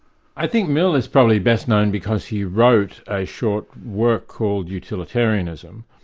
i think mill is probably best known because he wrote a short work called utilitarianism,